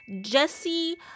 Jesse